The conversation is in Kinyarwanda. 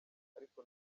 ariko